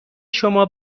شما